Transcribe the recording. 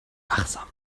wachsam